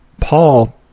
Paul